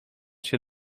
się